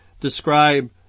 describe